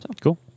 Cool